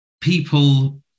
people